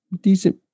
decent